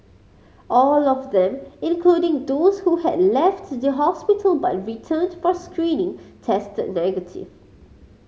all of them including those who had left the hospital but returned for screening tested negative